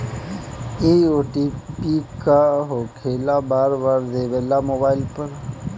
इ ओ.टी.पी का होकेला बार बार देवेला मोबाइल पर?